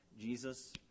Jesus